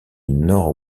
nord